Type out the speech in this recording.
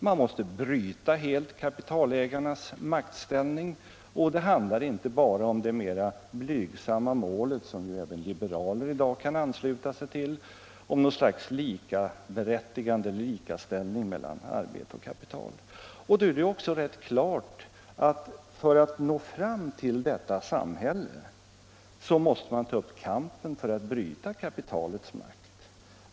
Man måste helt bryta med kapitalägarnas maktställning. Det handlar inte bara om det mera blygsamma målet, som även liberaler i dag kan ansluta sig till, med något slags likaberättigande — eller lika ställning —- mellan arbete och kapital. Då är det ju också rätt klart att man för att nå fram till detta samhälle måste ta upp kampen för att bryta kapitalets makt.